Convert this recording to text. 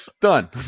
Done